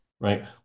right